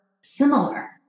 similar